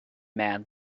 man